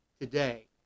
today